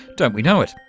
don't we know it,